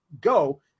go